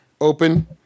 open